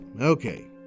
Okay